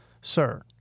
Sir